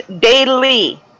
Daily